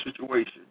situation